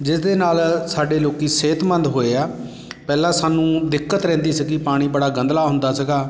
ਜਿਸ ਦੇ ਨਾਲ ਸਾਡੇ ਲੋਕ ਸਿਹਤਮੰਦ ਹੋਏ ਆ ਪਹਿਲਾਂ ਸਾਨੂੰ ਦਿੱਕਤ ਰਹਿੰਦੀ ਸੀਗੀ ਪਾਣੀ ਬੜਾ ਗੰਧਲਾ ਹੁੰਦਾ ਸੀਗਾ